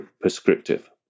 prescriptive